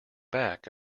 back